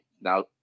Now